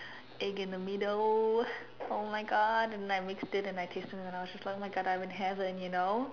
egg in the middle oh my God and I mixed it and I tasted and I was just like oh my God I'm in heaven you know